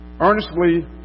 Earnestly